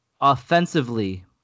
offensively